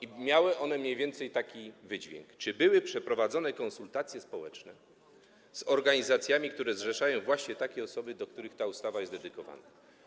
i miało mniej więcej taki wydźwięk: Czy były przeprowadzane konsultacje społeczne z organizacjami, które zrzeszają właśnie takie osoby, którym ta ustawa jest dedykowana?